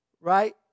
right